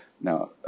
Now